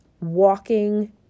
walking